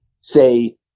say